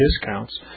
discounts